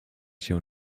się